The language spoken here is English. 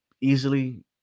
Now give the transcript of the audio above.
easily